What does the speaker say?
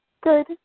Good